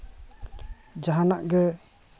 ᱡᱟᱦᱟᱱᱟᱜ ᱜᱮ